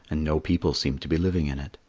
and no people seemed to be living in it.